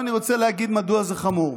עכשיו אני רוצה להגיד מדוע זה חמור.